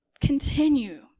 continue